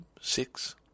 six